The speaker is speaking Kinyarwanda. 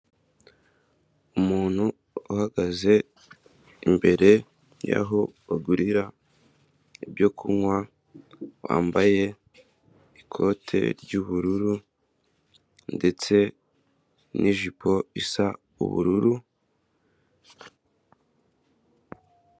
Umuntu uhagaze imbere y'aho bagurira ibyo kunywa, wambaye ikote ry'ubururu ndetse n'ijipo isa ubururu.